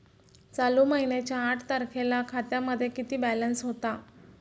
चालू महिन्याच्या आठ तारखेला खात्यामध्ये किती बॅलन्स होता?